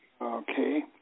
Okay